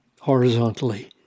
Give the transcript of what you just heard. horizontally